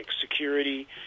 security